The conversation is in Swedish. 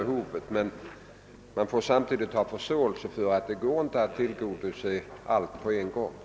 Man får emel lertid samtidigt ha förståelse för att det inte är möjligt att på en gång tillgodose alla behov.